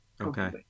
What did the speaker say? Okay